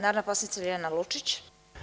Narodna poslanica Ljiljana Lučić.